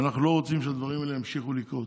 ואנחנו לא רוצים שהדברים האלה ימשיכו לקרות.